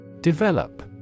Develop